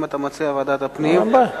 אם אתה מציע ועדת הפנים, אני אציע הצעה אחרת.